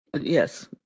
Yes